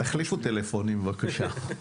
תחליפו טלפונים בבקשה.